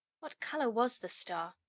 what color was the star?